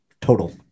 total